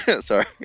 Sorry